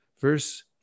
verse